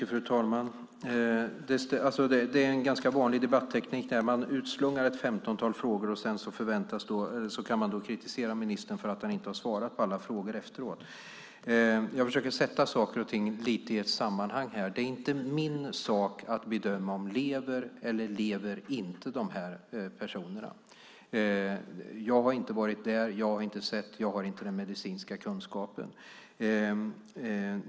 Fru talman! Det är en ganska vanlig debatteknik att utslunga ett femtontal frågor för att efteråt kunna kritisera ministern för att han inte har svarat på alla frågor. Jag försöker sätta saker och ting i ett sammanhang här. Det är inte min sak att bedöma om de här personerna lever eller inte lever. Jag har inte varit där, jag har inte sett och jag har inte den medicinska kunskapen.